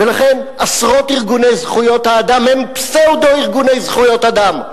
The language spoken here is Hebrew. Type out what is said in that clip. ולכן עשרות ארגוני זכויות האדם הם פסאודו-ארגוני זכויות אדם.